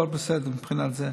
הכול בסדר מבחינה זו.